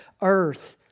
earth